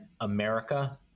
America